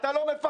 אתה לא מפחד,